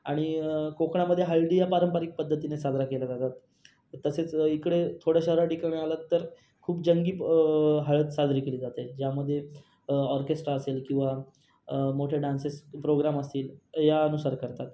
आणि कोकणामध्ये हळदी या पारंपरिक पद्धतीने साजरा केल्या जातात तसेच इकडे थोड्याशा अलीकडे आलात तर खूप जंगी हळद साजरी केली जाते ज्यामध्ये ऑर्केस्ट्रा असेल किंवा मोठे डान्सेस प्रोग्राम असतील या अनुसार करतात